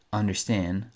understand